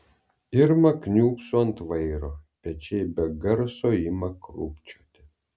irma kniūbso ant vairo pečiai be garso ima krūpčioti